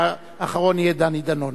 והאחרון יהיה דני דנון.